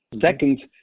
Second